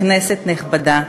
כנסת נכבדה,